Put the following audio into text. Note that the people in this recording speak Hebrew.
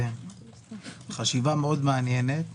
חשיבה מעניינת מאוד,